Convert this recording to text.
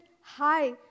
high